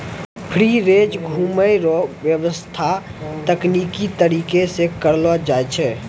free range घुमै रो व्याबस्था तकनिकी तरीका से करलो जाय छै